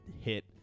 hit